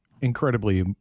incredibly